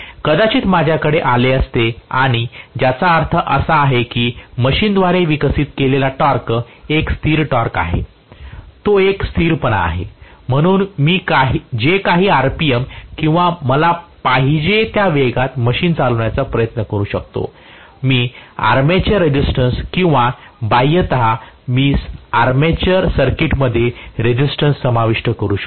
कदाचित माझ्याकडे आले असते आणि ज्याचा अर्थ असा आहे की मशीनद्वारे विकसित केलेले टॉर्क एक स्थिर टॉर्क आहे तो एक स्थिरपणा आहे म्हणून मी जे काही rpm किंवा मला पाहिजे त्या वेगात मशीन चालवण्याचा प्रयत्न करू शकतो मी आर्मेचर रेसिस्टन्स किंवा बाह्यतः मी आर्मेचर सर्किटमध्ये रेसिस्टन्स समाविष्ट करू शकतो